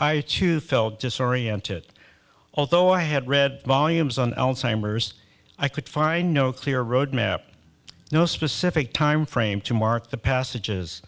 i felt disoriented although i had read volumes on alzheimer's i could find no clear road map no specific timeframe to mark the passages